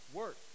work